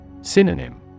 Synonym